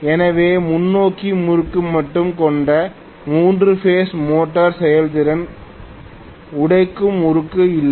எனவே முன்னோக்கி முறுக்கு மட்டுமே கொண்ட மூன்று பேஸ் மோட்டார் செயல்திறன் உடைக்கும் முறுக்கு இல்லை